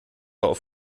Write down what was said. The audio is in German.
auf